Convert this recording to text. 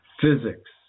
Physics